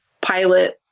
pilot